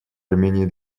армении